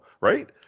Right